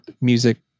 music